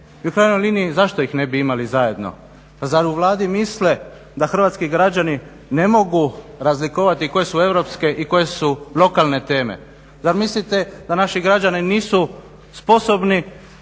u krajnjoj liniji zašto ih ne bi imali zajedno? Pa zar u Vladi misle da hrvatski građani ne mogu razlikovati koje su europske i koje su lokalne teme? Zar mislite da naši građani nisu sposobni